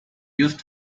used